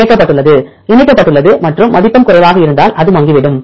இணைக்கப்பட்டுள்ளது இணைக்கப்பட்டுள்ளது மற்றும் மதிப்பெண் குறைவாக இருந்தால் அது மங்கிவிடும்